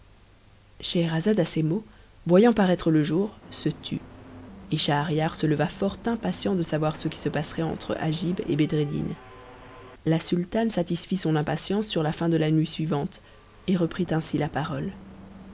scheherazade à ces mots voyant paraître le jour se tut et schahriar se leva fort impatient de savoir ce qui se passerait entre agib et bedreddin la sultane satisfit son impatience sur la fin de la nuit suivante et reprit ainsi la parole